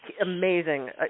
Amazing